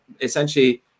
essentially